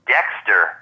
Dexter